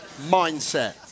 mindset